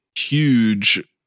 huge